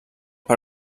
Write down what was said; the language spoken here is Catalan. per